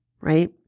right